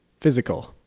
physical